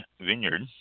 Vineyard